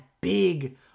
big